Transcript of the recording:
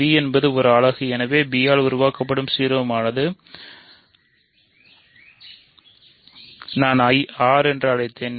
b என்பது ஒரு அலகு எனவே b ஆல் உருவாக்கப்படும் சீர்மமானது நான் R என்று அழைத்தேன்